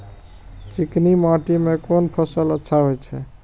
चिकनी माटी में कोन फसल अच्छा होय छे?